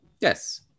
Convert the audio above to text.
yes